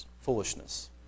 foolishness